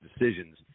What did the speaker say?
decisions